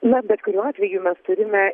na bet kuriuo atveju mes turime